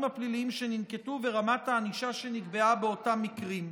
הפליליים שננקטו ורמת הענישה שנקבעה באותם מקרים.